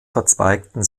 verzweigten